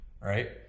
right